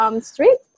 Street